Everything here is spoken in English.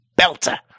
belter